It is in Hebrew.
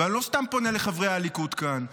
ואני לא סתם פונה לחברי הליכוד כאן,